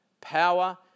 power